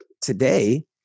today